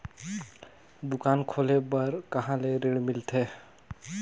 दुकान खोले बार कहा ले ऋण मिलथे?